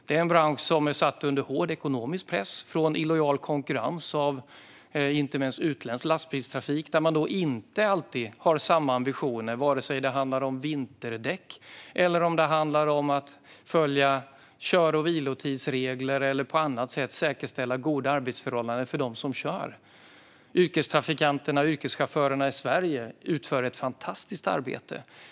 Det är en bransch som är satt under hård ekonomisk press från illojal konkurrens, inte minst av utländsk lastbilstrafik som inte alltid har samma ambitioner - det kan handla om vinterdäck, om att följa kör och vilotidsregler eller om att på annat sätt säkerställa goda arbetsförhållanden för dem som kör. Yrkestrafikanterna och yrkeschaufförerna i Sverige utför ett fantastiskt arbete.